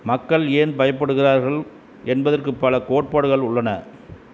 மக்கள் ஏன் பயப்படுகிறார்கள் என்பதற்கு பல கோட்பாடுகள் உள்ளன